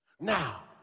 Now